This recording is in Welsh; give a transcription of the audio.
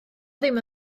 ddim